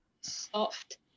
soft